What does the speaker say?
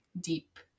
deep